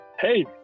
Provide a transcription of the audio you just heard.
Hey